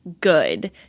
good